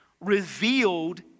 revealed